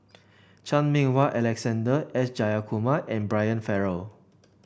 Chan Meng Wah Alexander S Jayakumar and Brian Farrell